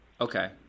Okay